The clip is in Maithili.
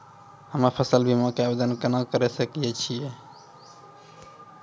हम्मे फसल बीमा के आवदेन केना करे सकय छियै?